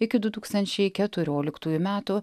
iki du tūkstančiai keturioliktųjų metų